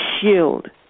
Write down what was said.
shield